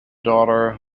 daughter